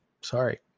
sorry